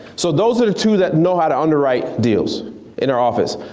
so those are the two that know how to underwrite deals in our office.